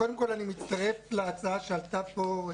קודם כול, אני מצטרף להצעה שעלתה פה.